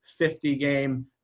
50-game